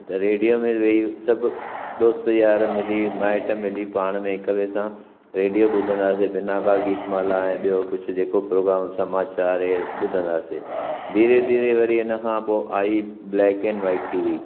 त रेडियो में वेही सभु दोस्त यार मिली माइटि मिली पाण में हिकु ॿिए सां रेडियो ॿुधांदासीं बिनाका गीत माला ऐं ॿियों कुझु जेको प्रोग्राम समाचार इहे ॿुधांदासे धीरे धीरे वरी हिनखां पोइ आई ब्लैक एंड वाइट टीवी